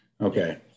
okay